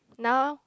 now